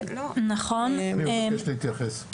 אני מבקש להתייחס.